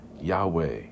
Yahweh